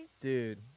Dude